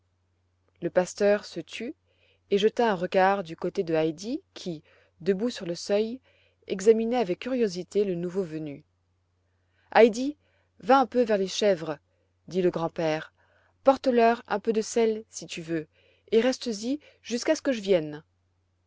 le pasteur se tut et jeta un regard du côté de heidi qui debout sur le seuil examinait avec curiosité le nouveau venu heidi va un peu vers les chèvres dit le grand-père porte leur un peu de sel si tu veux et restes y jusqu'à ce que je vienne